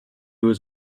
was